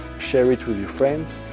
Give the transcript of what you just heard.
share it with your friends.